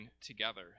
together